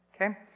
Okay